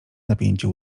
napięcie